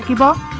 da